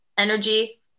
energy